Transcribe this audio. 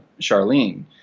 Charlene